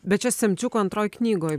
bet čia semčiuko antroj knygoj